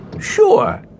Sure